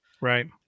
Right